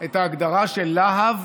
את ההגדרה שלהב